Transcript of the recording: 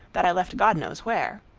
that i left god knows where.